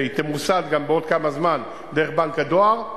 שהיא גם תמוסד בעוד כמה זמן דרך בנק הדואר,